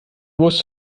muss